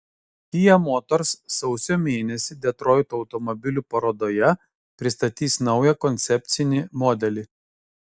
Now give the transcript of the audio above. kia motors sausio mėnesį detroito automobilių parodoje pristatys naują koncepcinį modelį